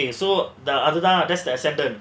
okay so the அது தான்:adhu thaan accepted